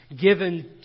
given